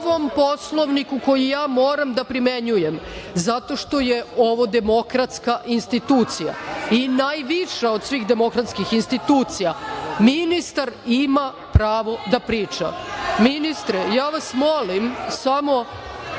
Poslovniku koji ja moram da primenjujem, zato što je ovo demokratska institucija i najviša od svih demokratskih institucija, ministar ima pravo da priča. Ministre, ja vas molim da